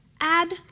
add